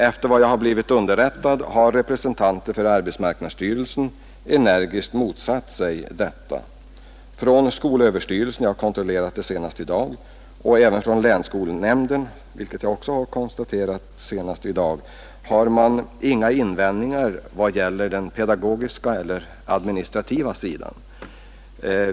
Enligt vad som underrättats mig har representanter för arbetsmarknadsstyrelsen energiskt motsatt sig detta. Man har från skolöverstyrelsen — jag har kontrollerat det senast i dag — och även från länsskolnämnden, vilket jag också har konstaterat senast i dag, inga invändningar av pedagogiska eller administrativa skäl.